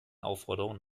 aufforderung